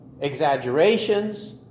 exaggerations